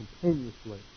continuously